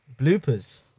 Bloopers